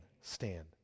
stand